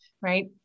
right